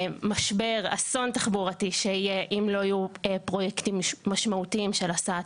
אסון תחבורתי שיהיה אם לא יהיו פרויקטים משמעותיים של הסעת